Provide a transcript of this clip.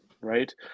Right